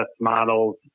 models